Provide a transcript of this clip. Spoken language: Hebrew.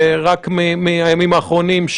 רק מהימים האחרונים,